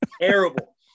terrible